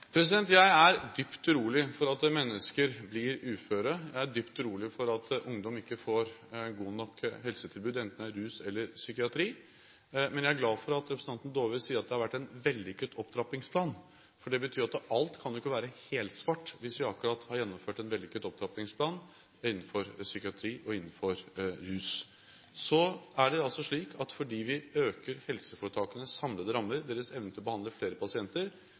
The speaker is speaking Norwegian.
dypt urolig for at mennesker blir uføre, jeg er dypt urolig for at ungdom ikke får gode nok helsetilbud, enten det er innen rus eller psykiatri. Men jeg er glad for at representanten Dåvøy sier at vi har hatt en vellykket opptrappingsplan, for det betyr jo at alt ikke kan være helsvart – hvis vi akkurat har gjennomført en vellykket opptrappingsplan innenfor psykiatri og innenfor rus. Fordi vi øker helseforetakenes samlede rammer, deres evne til å behandle flere pasienter,